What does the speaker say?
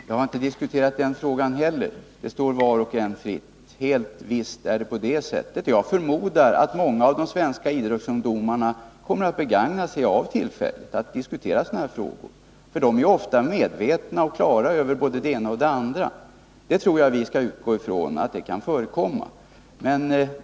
Herr talman! Jag har inte diskuterat den frågan heller. Det står var och en fritt att välja samtalsämne — helt visst är det så. Jag förmodar att många av de svenska idrottsungdomarna kommer att begagna tillfällen att diskutera sådana här frågor. Våra idrottsungdomar är ju ofta medvetna och klara över både det ena och det andra. Jag tror att vi skall utgå ifrån att samtal i sådana här frågor kan förekomma.